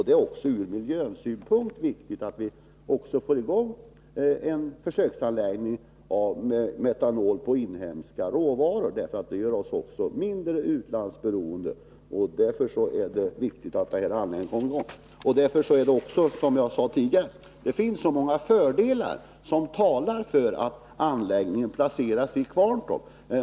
Det är också ur miljösynpunkt viktigt att vi får i gång en försöksanläggning för framställning av metanol med inhemska råvaror — det gör oss mindre utlandsberoende. Därför är det viktigt att den anläggningen kommer till stånd. Det finns, som jag sade tidigare, många fördelar som talar för att anläggningen skall placeras i Kvarntorp.